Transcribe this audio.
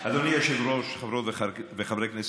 אדוני היושב-ראש, חברות וחברי כנסת